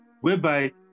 whereby